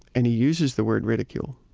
and he uses the word ridicule